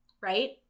right